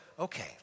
okay